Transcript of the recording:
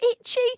itchy